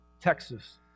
Texas